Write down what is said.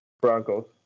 Broncos